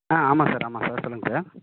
ஆ ஆமாம் சார் ஆமா சார் சொல்லுங்கள் சார்